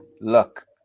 look